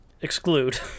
Exclude